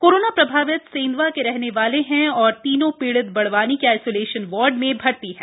corona प्रभावित सेंधवा के रहने वाले हैं तथा तीनों पीड़ित बड़वानी के आइसोलेशन वार्ड में भर्ती है